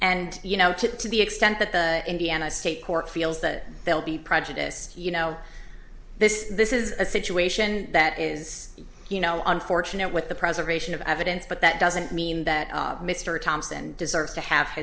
and you know to to the extent that the indiana state court feels but they'll be prejudiced you know this this is a situation that is you know unfortunate with the preservation of evidence but that doesn't mean that mr thompson deserves to ha